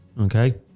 okay